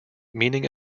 meaning